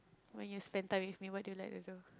when you spend time with me what do you like to do